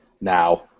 now